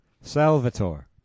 Salvatore